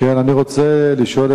קודם כול,